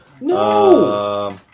No